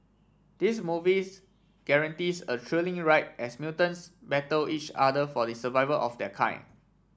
this movies guarantees a thrilling ride as mutants battle each other for the survival of their kind